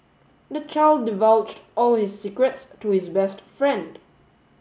the child divulged all his secrets to his best friend